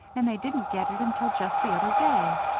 and they didn't get it until just the other day.